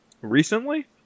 recently